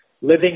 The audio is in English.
living